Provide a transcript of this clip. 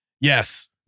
Yes